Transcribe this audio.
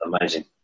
amazing